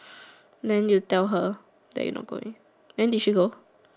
then you tell her that you not going then did she go